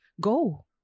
Go